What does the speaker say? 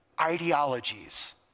ideologies